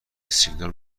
سیگنال